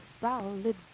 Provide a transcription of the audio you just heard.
solid